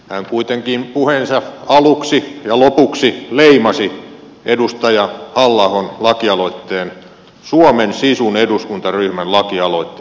hän kuitenkin puheensa aluksi ja lopuksi leimasi edustaja halla ahon lakialoitteen suomen sisun eduskuntaryhmän lakialoitteeksi